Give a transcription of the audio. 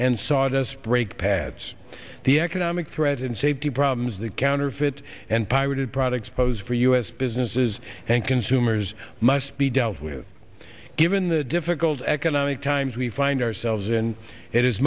and sawdust brake pads the economic threat and safety problems that counterfeit and pirated products pose for u s businesses and consumers must be dealt with given the difficult economic times we find ourselves in it is